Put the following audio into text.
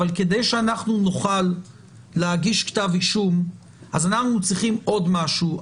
אבל כדי שאנחנו נוכל להגיש כתב אישום אז אנחנו צריכים עוד משהו.